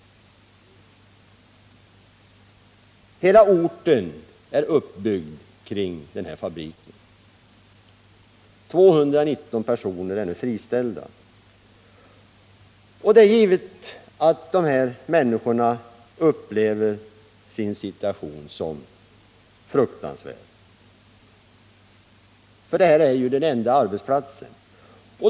Hela orten är uppbyggd kring den här fabriken. 219 personer är nu friställda. Det är givet att dessa människor upplever sin situation som fruktansvärd. Den här fabriken var ju deras enda arbetsplats.